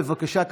בבקשה,